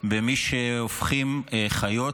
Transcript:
במי שהופכים חיות,